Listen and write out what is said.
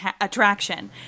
attraction